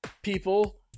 People